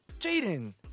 Jaden